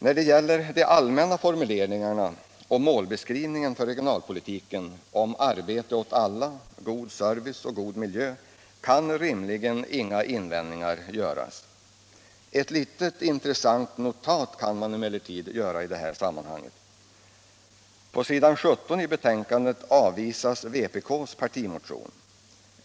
När det gäller de allmänna formuleringarna och målbeskrivningen för regionalpolitiken om arbete åt alla samt god service och miljö kan rimligen inga invändningar göras. Ett litet men intressant notat kan man emellertid komma med i det här sammanhanget. På s. 17 i betänkandet avvisas vpk:s partimotion.